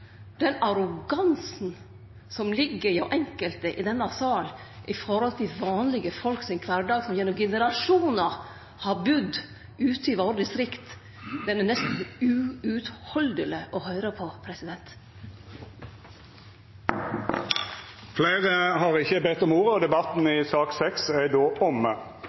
Den arrogansen som enkelte i denne salen har overfor kvardagen til vanlege folk som gjennom generasjonar har budd ute i distrikta våre – den er nesten uuthaldeleg å høyre på. Fleire har ikkje bedt om ordet til sak nr. 6. Etter ønske frå energi- og